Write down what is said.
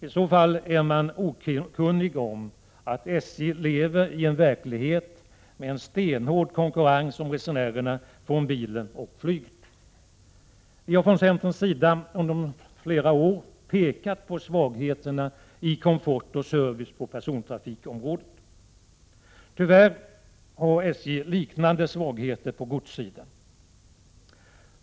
I så fall är man okunnig om att SJ lever i en verklighet med stenhård konkurrens om resenärerna från bilen och flyget. Vi har från centerns sida under flera år pekat på svagheterna i komfort och service på persontrafikområdet. Tyvärr har SJ liknande svagheter på godssidan.